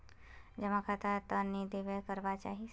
जमा खाता त निवेदन करवा चाहीस?